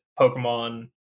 Pokemon